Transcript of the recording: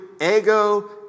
ego